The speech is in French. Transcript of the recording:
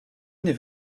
n’est